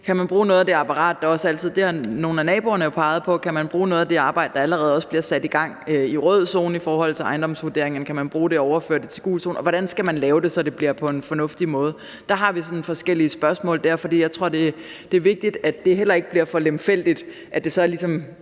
ligger i sådan en uvildig vurdering. Kan man bruge noget af det apparat, som naboerne har peget på, og kan man bruge noget af det arbejde, som allerede bliver sat i gang i rød zone, i forhold til ejendomsvurderingerne? Kan man bruge det og overføre det til gul zone? Hvordan skal man lave det, så det bliver på en fornuftig måde? Der har vi forskellige spørgsmål, for jeg tror, det er vigtigt, at det heller ikke bliver for lemfældigt og kommer til